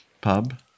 pub